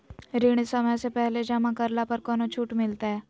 ऋण समय से पहले जमा करला पर कौनो छुट मिलतैय?